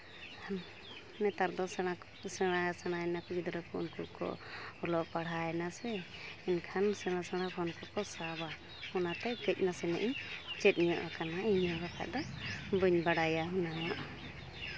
ᱟᱨ ᱱᱮᱛᱟᱨ ᱫᱚ ᱥᱮᱬᱟ ᱥᱮᱬᱟ ᱥᱮᱬᱟᱭ ᱱᱟᱠᱚ ᱜᱤᱫᱽᱨᱟᱹ ᱠᱚ ᱩᱱᱠᱩ ᱠᱚ ᱚᱞᱚᱜ ᱯᱟᱲᱦᱟᱣᱭᱮᱱᱟ ᱥᱮ ᱮᱱᱠᱷᱟᱱ ᱥᱮᱬᱟ ᱥᱮᱬᱟ ᱯᱷᱳᱱ ᱠᱚᱠᱚ ᱥᱟᱵᱟ ᱚᱱᱟᱛᱮ ᱠᱟᱹᱡ ᱱᱟᱥᱮᱱᱟᱜ ᱤᱧ ᱪᱮᱫ ᱧᱚᱜ ᱠᱟᱱᱟ ᱤᱧ ᱦᱚᱸ ᱵᱟᱠᱷᱟᱡ ᱫᱚ ᱵᱟᱹᱧ ᱵᱟᱲᱟᱭᱟ ᱚᱱᱟ ᱢᱟ